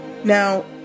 Now